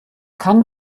kann